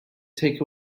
take